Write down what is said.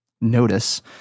notice